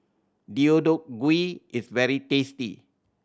Deodeok Gui is very tasty